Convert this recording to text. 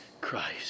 Christ